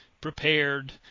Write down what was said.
prepared